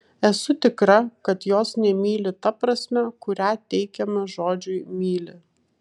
esu tikra kad jos nemyli ta prasme kurią teikiame žodžiui myli